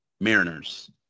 Mariners